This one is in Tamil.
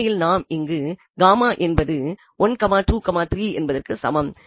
உண்மையில் இங்கு என்பது 123 என்பதற்கு சமம்